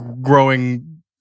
growing